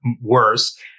worse